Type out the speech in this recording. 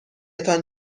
تان